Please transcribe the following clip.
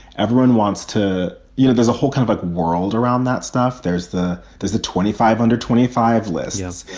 everyone wants to you know, there's a whole kind of like world around that stuff. there's the there's the twenty five hundred twenty five list. yes.